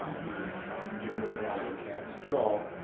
he particularly brought that skills